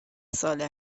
ساله